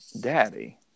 daddy